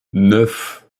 neuf